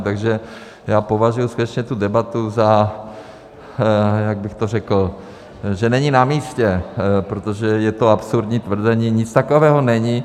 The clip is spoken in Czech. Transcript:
Takže já považuji skutečně tu debatu za, jak bych to řekl, že není namístě, protože je to absurdní tvrzení, nic takového není.